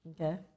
Okay